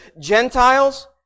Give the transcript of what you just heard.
Gentiles